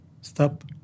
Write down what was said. stop